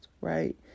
right